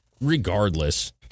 regardless